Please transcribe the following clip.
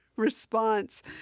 response